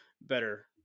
better